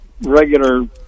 regular